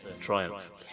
triumph